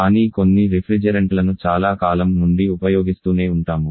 కానీ కొన్ని రిఫ్రిజెరెంట్లను చాలా కాలం నుండి ఉపయోగిస్తూనే ఉంటాము